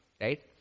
right